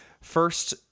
first